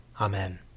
Amen